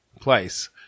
place